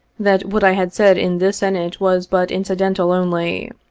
that what i had said in this senate was but incidental only.